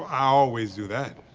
i always do that.